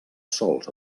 sols